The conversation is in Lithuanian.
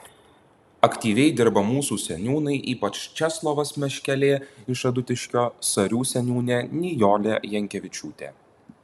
aktyviai dirba mūsų seniūnai ypač česlovas meškelė iš adutiškio sarių seniūnė nijolė jankevičiūtė